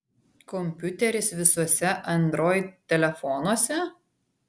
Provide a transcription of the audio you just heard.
kompiuteris visuose android telefonuose